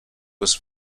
was